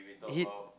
hit